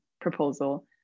proposal